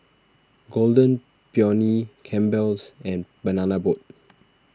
Golden Peony Campbell's and Banana Boat